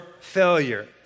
failure